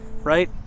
right